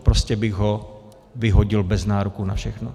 Prostě bych ho vyhodil bez nároku na všechno.